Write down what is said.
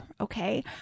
Okay